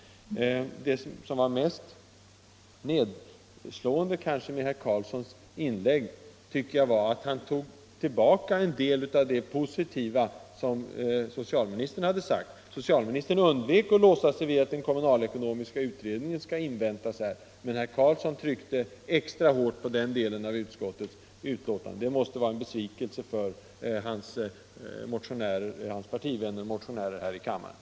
Det kanske mest nedslående med herr Karlssons inlägg tycker jag var att han tog tillbaka en del av det positiva som socialministern sade. Socialministern undvek att låsa sig vid att den kommunalekonomiska utredningen skall inväntas, men herr Karlsson tryckte extra hårt på den delen av utskottets betänkande. Det måste vara en besvikelse för en del av herr Karlssons partivänner och för andra motionärer här i kammaren.